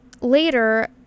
later